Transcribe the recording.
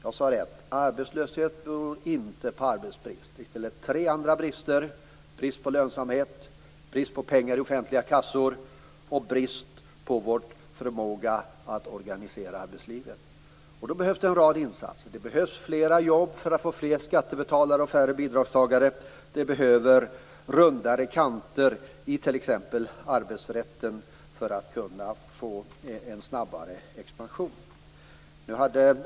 I stället handlar det om tre andra brister, nämligen om bristen på lönsamhet, bristen på pengar i offentliga kassor och bristen när det gäller vår förmåga att organisera arbetslivet. Således behövs det en rad insatser. Det behövs fler jobb för att få fler skattebetalare och färre bidragstagare. Det behövs rundare kanter i t.ex. arbetsrätten för att möjliggöra en snabbare expansion.